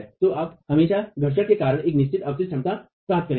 तो आप हमेशा घर्षण के कारण एक निश्चित अवशिष्ट क्षमता प्राप्त करेंगे